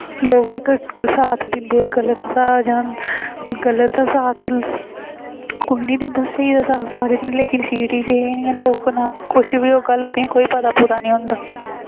लोग बी साथ दिंदे गलत दा जां गलत दा साथ कोई निं दिंदा स्हेई दा साथ सारे दिंदे सिटी च एह् निं ऐ की जो कुछ बी होगा कुछ बी होग ना ते लोकें गी कोई पता निं होंदा